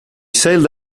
sailed